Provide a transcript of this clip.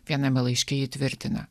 viename laiške ji tvirtina